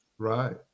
Right